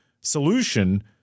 solution